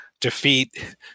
defeat